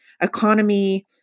economy